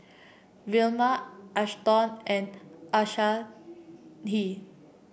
Vilma Ashton and Anahi Lee